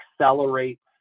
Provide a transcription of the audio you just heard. accelerates